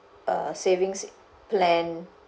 uh savings plan